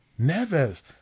Neves